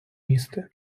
їсти